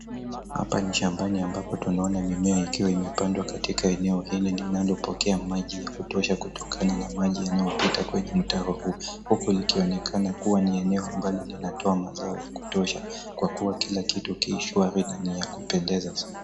Hapa ni shambani ambapo tunaona mimea ikiwa imepandwa katika eneo hili linalopokea maji ya kutosha kutokana na maji yanayopita kwenye mtaro huu .Huku likionekana kuwa ni eneo ambalo linatoa mazao ya kutosha .Kwa kuwa kila kitu ki shwari na ni ya kupendeza.